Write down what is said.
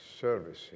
service